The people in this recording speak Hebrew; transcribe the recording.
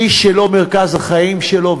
מי שזה לא מרכז החיים שלו,